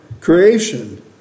creation